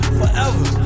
forever